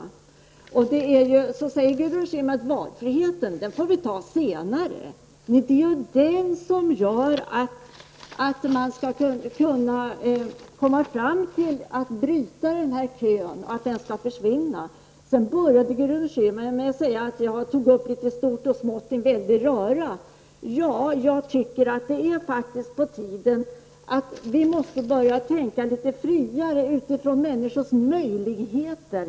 Sedan sade Gudrun Schyman: Valfriheten får vi ta senare. Men det är ju den som skall göra det möjligt att få bort kön. Därefter sade Gudrun Schyman att jag tog upp smått och stort i en väldig röra. Ja, jag tycker faktiskt att det är på tiden att börja tänka friare, med hänsyn till människors möjligheter.